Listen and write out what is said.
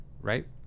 right